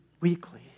weekly